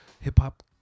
hip-hop